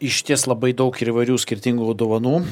išties labai daug ir įvairių skirtingų dovanų